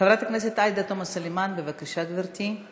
חברת הכנסת עאידה תומא סלימאן, בבקשה, גברתי.